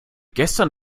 gestern